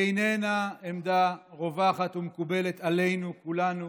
היא איננה עמדה רווחת ומקובלת עלינו כולנו